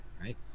right